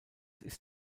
ist